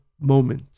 moment